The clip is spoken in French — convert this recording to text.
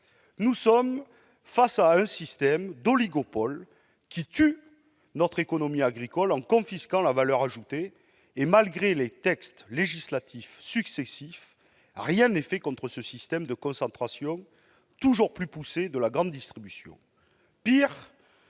Nous sommes face à un système d'oligopole qui tue notre économie agricole en confisquant la valeur ajoutée. Malgré les textes législatifs successifs, rien n'est fait contre ce système de concentration toujours plus poussée de la grande distribution.